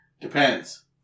depends